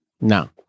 no